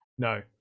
No